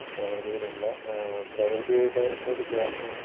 പ്രകൃതിയിലുള്ള പ്രകൃതിയോടു ചേർന്ന്